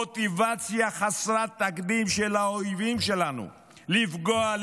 מוטיבציה חסרת תקדים של האויבים שלנו לפגוע,